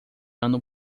ano